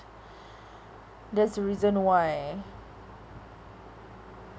that's the reason why